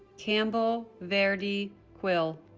kampbell verdi quill